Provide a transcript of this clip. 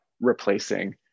replacing